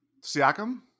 Siakam